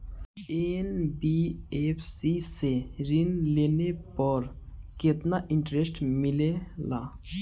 NBFC से ऋण लेने पर केतना इंटरेस्ट मिलेला?